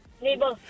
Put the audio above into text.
Neighbor